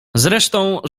zresztą